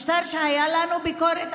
הייתה לנו ביקורת,